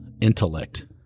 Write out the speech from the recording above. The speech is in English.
intellect